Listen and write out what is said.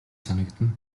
санагдана